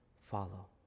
follow